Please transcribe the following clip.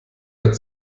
hat